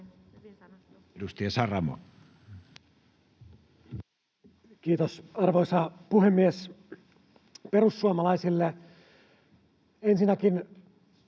Edustaja Meri. Kiitos, arvoisa puhemies! Perussuomalaiset